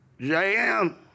JM